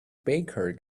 baker